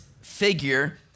figure